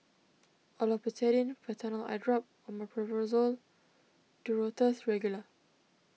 Olopatadine Patanol Eyedrop Omeprazole and Duro Tuss Regular